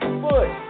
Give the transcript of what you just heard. foot